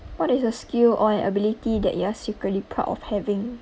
what is a skill or an ability that you are secretly proud of having